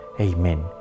Amen